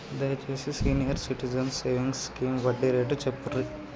దయచేసి senior citizens savings scheme వడ్డీ rate చెప్పుర్రి